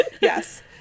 yes